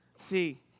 See